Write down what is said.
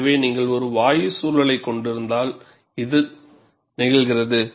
எனவே நீங்கள் ஒரு வாயு சூழலைக் கொண்டிருந்தால் இது நிகழ்கிறது